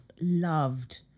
loved